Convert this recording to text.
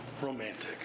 romantic